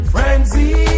Frenzy